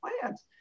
plants